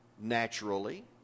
naturally